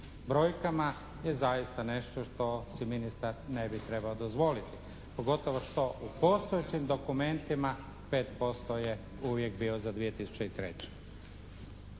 brojkama je zaista nešto što si ministar ne bi trebao dozvoliti, pogotovo što su postojećim dokumentima 5% je uvijek bio za 2003.